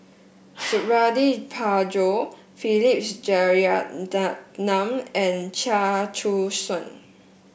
Suradi Parjo Philip Jeyaretnam and Chia Choo Suan